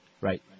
Right